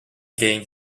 gain